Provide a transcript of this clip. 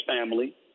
family